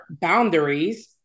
boundaries